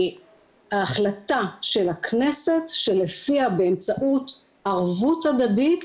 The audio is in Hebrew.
את ההחלטה של הכנסת שלפיה באמצעות ערבות הדדית